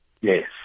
Yes